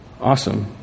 awesome